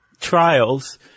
trials